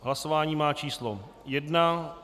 Hlasování má číslo 1.